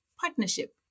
partnership